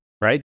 right